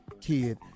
kid